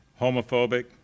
homophobic